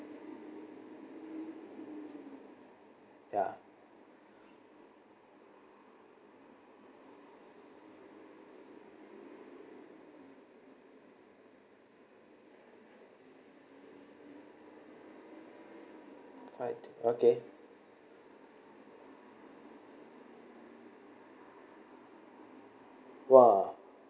ya right okay !wah!